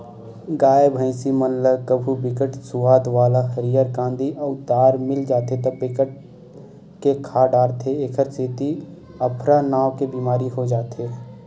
गाय, भइसी मन ल कभू बिकट सुवाद वाला हरियर कांदी अउ दार मिल जाथे त बिकट के खा डारथे एखरे सेती अफरा नांव के बेमारी हो जाथे